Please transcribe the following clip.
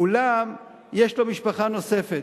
אולם יש לו משפחה נוספת,